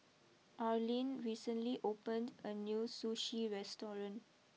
Arleen recently opened a new Sushi restaurant